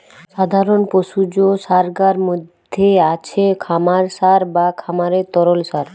সাধারণ পশুজ সারগার মধ্যে আছে খামার সার বা খামারের তরল সার